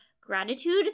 gratitude